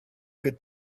could